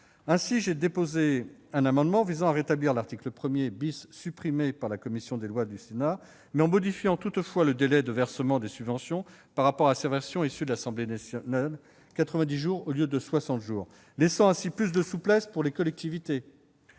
J'ai donc déposé un amendement visant à rétablir l'article 1 , supprimé par la commission des lois du Sénat, mais en modifiant toutefois le délai de versement des subventions par rapport à la version issue de l'Assemblée nationale : quatre-vingt-dix jours au lieu de soixante jours, laissant ainsi plus de souplesse pour les collectivités.